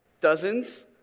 Dozens